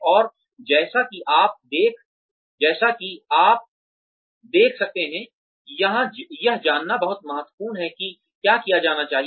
और जैसा कि आप देख सकते हैं यह जानना बहुत महत्वपूर्ण है कि क्या किया जाना चाहिए